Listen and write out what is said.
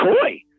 toy